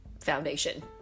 foundation